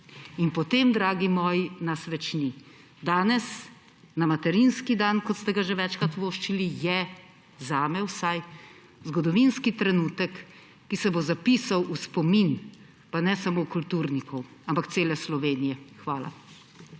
In potem, dragi moji, nas več ni. Danes, na materinski dan, kot ste ga že večkrat voščili, je, zame vsaj, zgodovinski trenutek, ki se bo zapisal v spomin, pa ne samo kulturnikov, ampak cele Slovenije. Hvala.